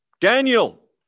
Daniel